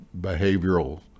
behavioral